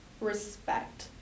respect